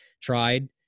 tried